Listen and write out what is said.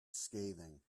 scathing